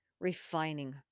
refining